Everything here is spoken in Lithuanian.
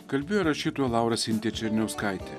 kalbėjo rašytoja laura sintija černiauskaitė